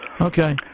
Okay